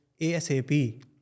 ASAP